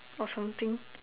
or something